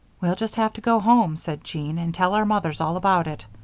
we'll just have to go home, said jean, and tell our mothers all about it.